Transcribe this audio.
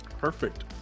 Perfect